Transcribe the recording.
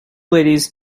ladies